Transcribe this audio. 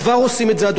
בשידור הציבורי.